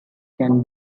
can